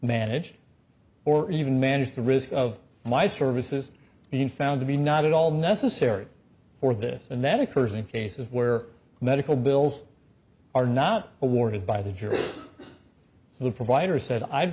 managed or even manage the risk of my services even found to be not at all necessary for this and that occurs in cases where medical bills are not awarded by the jury so the provider said i'd